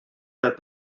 that